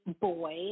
boy